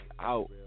out